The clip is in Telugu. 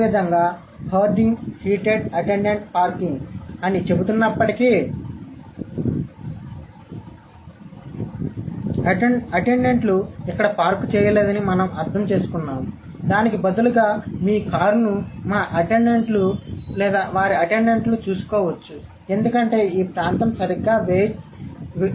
అదే విధంగా హోర్డింగ్ హీటెడ్ అటెండెంట్ పార్కింగ్ అని చెబుతున్నప్పటికీ అటెండెంట్లు ఇక్కడ పార్క్ చేయలేదని మనం అర్థం చేసుకున్నాము బదులుగా మీ కారును మా అటెండెంట్లు లేదా వారి అటెండెంట్లు చూసుకోవచ్చు ఎందుకంటే ఈ ప్రాంతం సరిగ్గా వేడి చేయబడవచ్చు